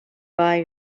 buy